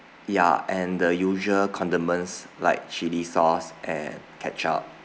ya and the usual condiments like chilli sauce and ketchup